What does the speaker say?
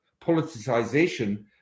politicization